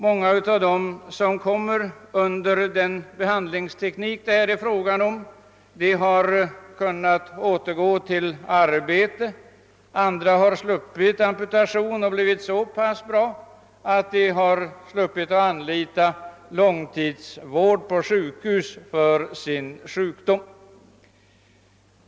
Många av dem som blivit föremål för den behandlingsteknik som det nu gäller har kunnat återgå till arbete, andra har sluppit amputation och blivit så pass bra att de inte behövt anlita: långtidsvård på sjukhus för sin sjukdom.